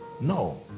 no